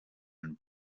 and